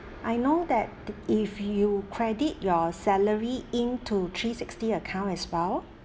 I know that if you credit your salary into three sixty account as well